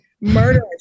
murder